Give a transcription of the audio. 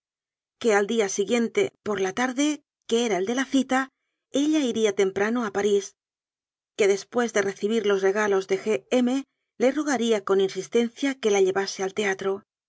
que al día siguiente por la tarde que era el de la cita ella iría tem prano a parís que después de recibir los rega los de g m le rogaría con insistencia que la llevase al teatro